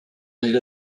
need